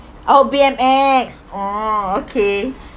oh B_M_X orh okay